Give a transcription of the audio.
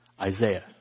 Isaiah